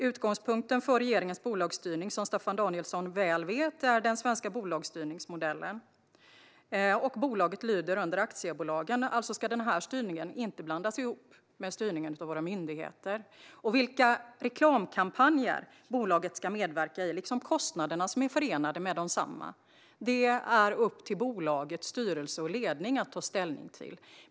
Utgångspunkten för regeringens bolagsstyrning är, som Staffan Danielsson väl vet, den svenska bolagsstyrningsmodellen. Bolaget lyder under aktiebolagslagen. Alltså ska denna styrning inte blandas ihop med styrningen av våra myndigheter. Vilka reklamkampanjer bolaget ska medverka i liksom vilka kostnader som är förenade med desamma är upp till bolagets styrelse och ledning att ta ställning till.